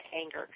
anger